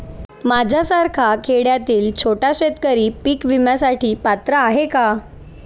माझ्यासारखा खेड्यातील छोटा शेतकरी पीक विम्यासाठी पात्र आहे का?